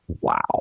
Wow